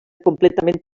completament